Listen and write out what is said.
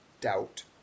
doubt